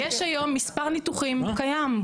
יש היום מספר ניתוחים קיים,